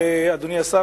אדוני השר,